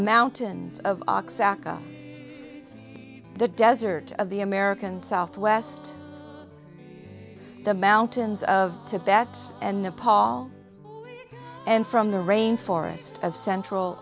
mountains of the desert of the american southwest the mountains of tibet and nepal and from the rain forest of central